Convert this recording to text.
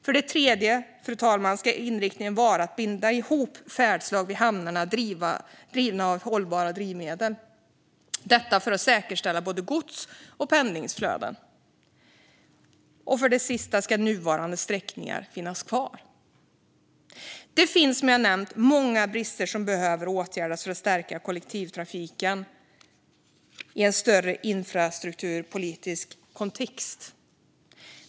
För det tredje, fru talman, ska inriktningen vara att binda ihop färdslag vid hamnarna drivna av hållbara drivmedel, detta för att säkerställa både gods och pendlingsflöden. För det fjärde ska nuvarande sträckningar finnas kvar. Det finns, som jag har nämnt, många brister som behöver åtgärdas för att man ska stärka kollektivtrafiken i en större infrastrukturpolitisk kontext.